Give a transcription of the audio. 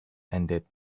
ended